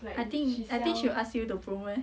I think I think she will ask you to promote leh